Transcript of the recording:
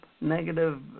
negative